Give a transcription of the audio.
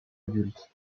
adulte